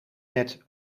net